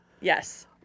yes